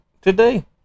today